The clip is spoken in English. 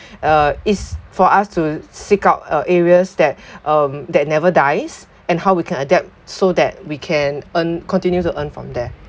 uh is for us to seek out uh areas that um that never dies and how we can adapt so that we can earn continue to earn from there